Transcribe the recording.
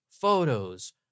photos